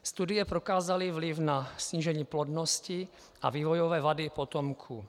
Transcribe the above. Studie prokázaly vliv na snížení plodnosti a vývojové vady potomků.